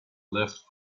left